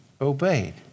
obeyed